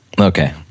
Okay